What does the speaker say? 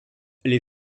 les